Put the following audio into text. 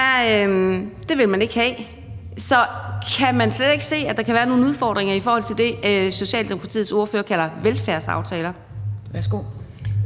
vil man ikke have. Så kan man slet ikke se, at der kan være nogle udfordringer i forhold til det, Socialdemokratiets ordfører kalder velfærdsaftaler?